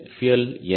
fuel என்ன